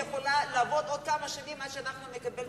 יכולה לעבוד עוד כמה שנים עד שאנחנו נקבל,